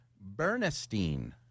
Bernstein